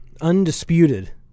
Undisputed